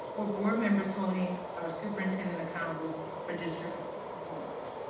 or board members holding our superintendent accountable for district performance.